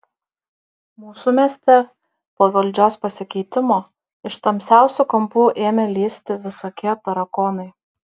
mūsų mieste po valdžios pasikeitimo iš tamsiausių kampų ėmė lįsti visokie tarakonai